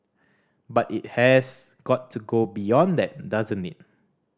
but it has got to go beyond that doesn't it